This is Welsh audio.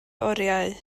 oriau